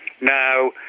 Now